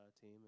team